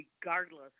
regardless